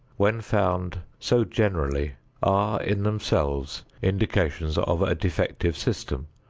when found so generally, are in themselves indications of a defective system,